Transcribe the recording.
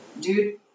Dude